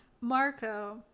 Marco